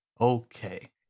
Okay